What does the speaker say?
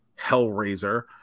Hellraiser